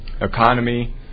economy